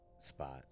spot